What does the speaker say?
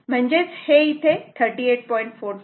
म्हणजेच हे 38